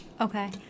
Okay